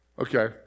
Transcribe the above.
Okay